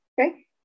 okay